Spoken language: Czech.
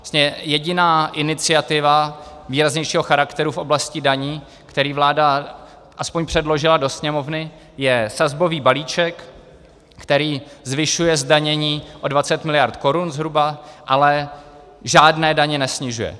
Vlastně jediná iniciativa výraznějšího charakteru v oblasti daní, kterou vláda aspoň předložila do Sněmovny, je sazbový balíček, který zvyšuje zdanění o 20 miliard korun zhruba, ale žádné daně nesnižuje.